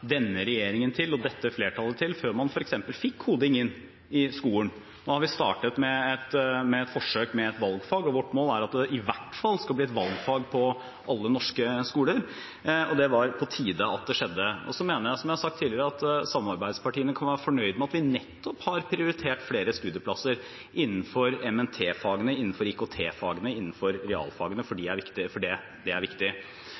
denne regjeringen til og dette flertallet til før man f.eks. fikk koding inn i skolen. Vi har startet med et forsøk med et valgfag, og vårt mål er at det i hvert fall skal bli et valgfag i alle norske skoler. Det var på tide at det skjedde. Jeg mener – som jeg har sagt tidligere – at samarbeidspartiene kan være fornøyde med at vi har prioritert flere studieplasser innenfor MNT-fagene, innenfor IKT-fagene og innenfor realfagene. Det er viktig.